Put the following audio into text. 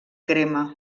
crema